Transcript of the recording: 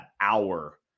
hour